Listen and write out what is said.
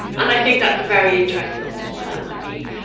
and i think that's very interesting as to why that might be.